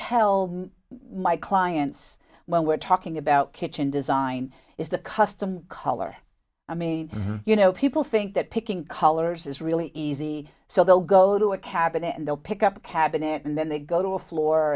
tell my clients when we're talking about kitchen design is the custom color i mean you know people think that picking colors is really easy so they'll go to a cabinet and they'll pick up a cabinet and then they go to a floor